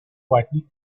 quietly